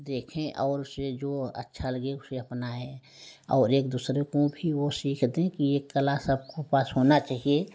देखें और उसे जो अच्छा लगे उसे अपनाएं और एक दूसरे को भी वो सीख दें कि ये कला सबको पास होना चाहिए